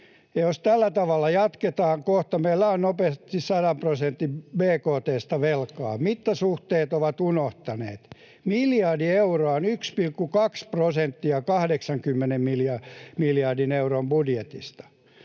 Jos tällä tavalla jatketaan, kohta meillä on nopeasti 100 prosenttia bkt:stä velkaa. Mittasuhteet ovat unohtuneet. Miljardi euroa on 1,2 prosenttia 80 miljardin euron budjetista.